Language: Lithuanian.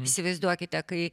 įsivaizduokite kai